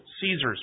Caesars